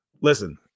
listen